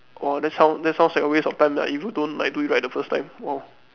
orh that sound that sounds like a waste of time lah if you don't like do it right the first time !wow!